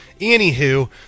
Anywho